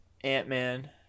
Ant-Man